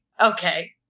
okay